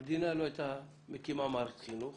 המדינה לא הייתה מקימה מערכת חינוך